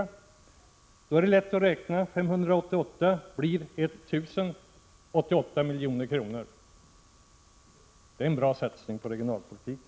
För nästa år vill regeringen enligt propositionen satsa 488 miljoner på de berörda anslagen. Summan blir då 1 088 milj.kr. Vi vill göra en bra satsning. Tiden är ute.